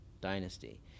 dynasty